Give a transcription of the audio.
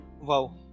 wow